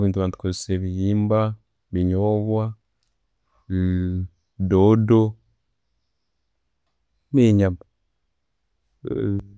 Buli tubaire ne'tukozessa ebihimba, binyobwa, dodo ne'nyama.